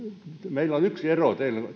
meillä on yksi ero